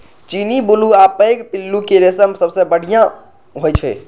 चीनी, बुलू आ पैघ पिल्लू के रेशम सबसं बढ़िया होइ छै